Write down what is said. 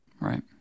Right